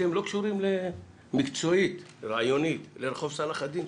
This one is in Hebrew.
אתם לא קשורים מקצועית, רעיונית לרחוב צלאח א-דין?